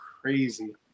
crazy